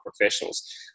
professionals